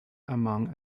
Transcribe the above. among